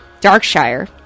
Darkshire